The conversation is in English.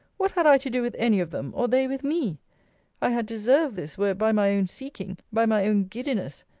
what had i to do with any of them or they with me i had deserved this, were it by my own seeking, by my own giddiness,